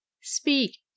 Speak